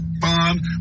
fun